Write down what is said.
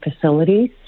facilities